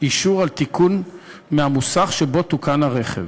אישור על התיקון מהמוסך שבו תוקן הרכב,